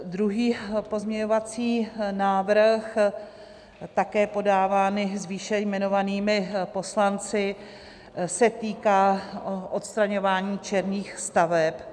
Druhý pozměňovací návrh, také podáván s výše jmenovanými poslanci, se týká odstraňování černých staveb.